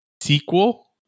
sequel